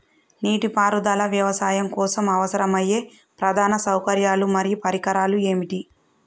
నీటిపారుదల వ్యవసాయం కోసం అవసరమయ్యే ప్రధాన సౌకర్యాలు మరియు పరికరాలు ఏమిటి?